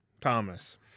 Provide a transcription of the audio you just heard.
Thomas